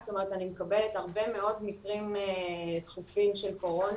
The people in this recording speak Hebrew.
זאת אומרת אני מקבלת הרבה מאוד מקרים דחופים של קורונה,